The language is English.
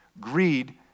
Greed